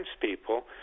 people